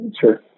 sure